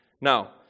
Now